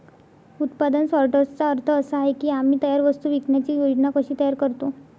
उत्पादन सॉर्टर्सचा अर्थ असा आहे की आम्ही तयार वस्तू विकण्याची योजना कशी तयार करतो